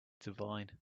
divine